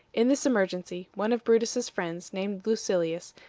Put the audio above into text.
in this emergency, one of brutus's friends, named lucilius,